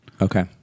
Okay